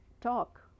talk